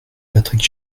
patrick